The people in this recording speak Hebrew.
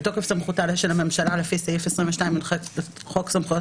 בתוקף סמכותה של הממשלה לפי סעיף 22יח לחוק סמכויות